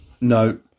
No